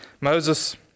Moses